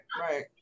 right